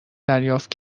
دریافت